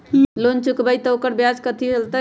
Loan चुकबई त ओकर ब्याज कथि चलतई?